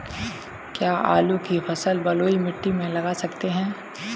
क्या आलू की फसल बलुई मिट्टी में लगा सकते हैं?